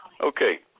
Okay